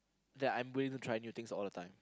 that I'm willing to try new things all the time